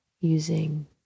using